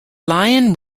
lion